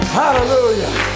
hallelujah